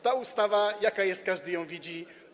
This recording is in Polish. Ta ustawa jaka jest, każdy widzi.